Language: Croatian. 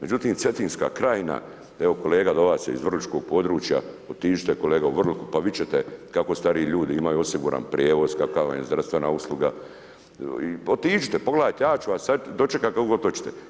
Međutim, Cetinska krajina, evo kolega do vas je iz Vrličkog područja, otiđite kolega u Vrliku pa vidjeti ćete kako stariji ljudi imaju osiguran prijevoz, kakva vam je zdravstvena usluga, otiđite, pogledajte, ja ću vas sada dočekati kako god hoćete.